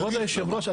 כבוד יושב הראש,